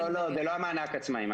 לא, זה לא מענק עצמאים.